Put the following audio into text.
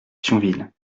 thionville